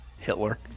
Hitler